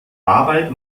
arbeit